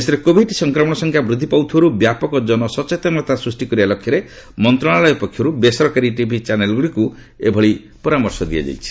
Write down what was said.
ଦେଶରେ କୋଭିଡ ସଂକ୍ରମଣ ସଂଖ୍ୟା ବୃଦ୍ଧି ପାଉଥିବାରୁ ବ୍ୟାପକ ଜନସଚେତନା ସୃଷ୍ଟି କରିବା ଲକ୍ଷ୍ୟରେ ମନ୍ତ୍ରଣାଳୟ ପକ୍ଷରୁ ବେସରକାରୀ ଟିଭି ଚ୍ୟାନେଲଗୁଡିକୁ ଏଭଳି ପରାମର୍ଶ ଦିଆଯାଇଛି